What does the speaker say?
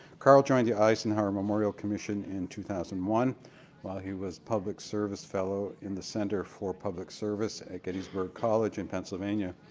carl joined the eisenhower memorial commission in two thousand and one while he was public service fellow in the center for public service at gettysburg college in pennsylvania.